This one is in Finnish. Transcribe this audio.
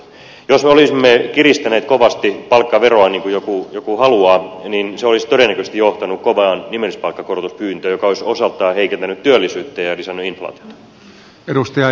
jos me olisimme kiristäneet kovasti palkkaveroa niin kuin joku haluaa niin se olisi todennäköisesti johtanut kovaan nimellispalkkakorotuspyyntöön joka olisi osaltaan heikentänyt työllisyyttä ja lisännyt inflaatiota